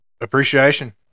appreciation